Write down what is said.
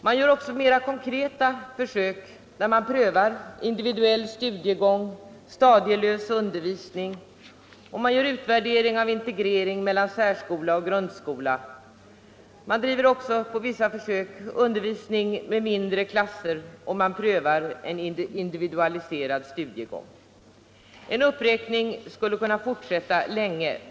Man gör också mera konkreta försök, man prövar individuell studiegång och stadielös undervisning och man gör en utvärdering av integrering mellan särskola och grundskola. Man gör vidare vissa försök med undervisning i mindre klasser, och man prövar en individualiserad studiegång. En uppräkning skulle kunna fortsätta länge.